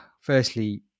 firstly